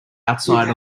outside